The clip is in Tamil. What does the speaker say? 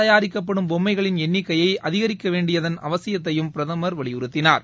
தயாரிக்கப்படும் பொம்மைகளின் எண்ணிக்கையைஅதிகரிக்கப்படவேண்டியதன் கையால் அவசியத்தையும் பிரதமர் வலியுறுத்தினார்